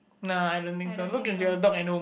nah I don't think so look at your dog at home